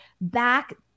back